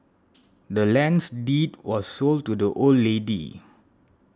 the land's deed was sold to the old lady